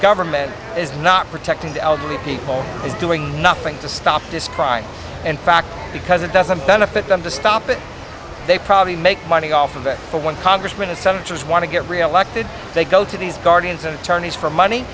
government is not protecting the elderly people is doing nothing to stop this crime in fact because it doesn't benefit them to stop it they probably make money off of it one congressman some just want to get reelected they go to these guardians and attorneys for money